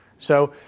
so,